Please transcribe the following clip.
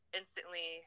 instantly